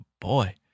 boy